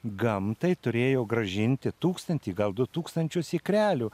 gamtai turėjo grąžinti tūkstantį gal du tūkstančius ikrelių